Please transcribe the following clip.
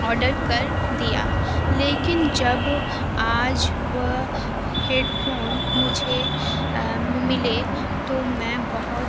order کر دیا لیکن جب آج وہ ہیڈ فون مجھے ملے تو میں بہت